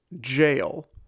jail